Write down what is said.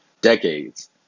Decades